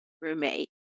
roommate